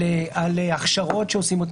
על הכשרות שעושים.